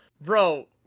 bro